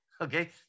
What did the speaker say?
Okay